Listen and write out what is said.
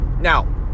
Now